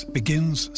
begins